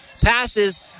Passes